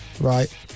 right